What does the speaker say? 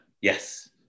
Yes